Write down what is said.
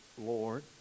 Lord